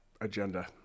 agenda